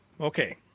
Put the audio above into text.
Okay